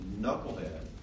knucklehead